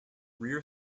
rear